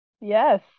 Yes